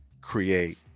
create